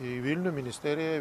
į vilnių ministerijai